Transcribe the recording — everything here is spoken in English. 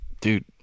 dude